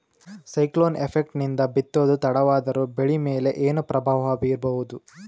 Cyclone effect ನಿಂದ ಬಿತ್ತೋದು ತಡವಾದರೂ ಬೆಳಿ ಮೇಲೆ ಏನು ಪ್ರಭಾವ ಬೀರಬಹುದು?